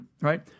right